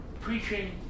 Preaching